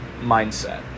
mindset